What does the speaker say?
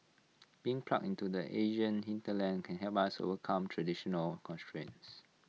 being plugged into the Asian hinterland can help us overcome traditional constraints